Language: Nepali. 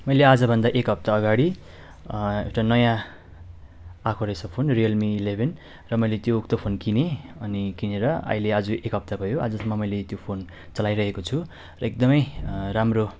मैले आजभन्दा एक हप्ताअगाडि एउटा नयाँ आएको रहेछ फोन रियलमी इलेभेन र मैले त्यो त्यो फोन किनेँ अनि किनेर अहिले आज एक हप्ता भयो आजसम्म मैले त्यो फोन चलाइरहेको छु र एकदमै राम्रो